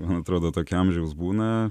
man atrodo tokio amžiaus būna